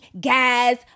guys